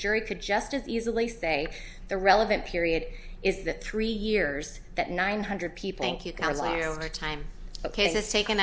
jury could just as easily say the relevant period is that three years that nine hundred people think you can fly over time but cases taken